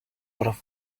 por